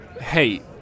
Hey